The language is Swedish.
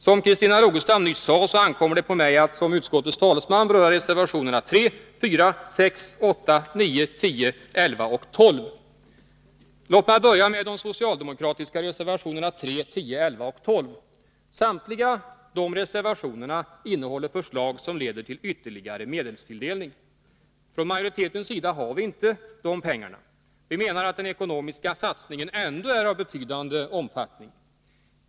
Som Christina Rogestam nyss sade ankommer det på mig att som utskottets talesman beröra reservationerna 3, 4, 6, 8, 9, 10, 11 och 12. Låt mig börja med de socialdemokratiska reservationerna 3, 10, 11 och 12. Samtliga dessa reservationer innehåller förslag som leder till ytterligare medelstilldelning. Från majoritetens sida har vi inte dessa pengar. Vi menar att den ekonomiska satsningen ändå är av betydande omfattning.